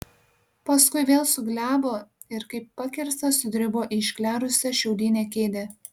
paskui vėl suglebo ir kaip pakirstas sudribo į išklerusią šiaudinę kėdę